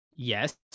Yes